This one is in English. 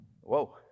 Whoa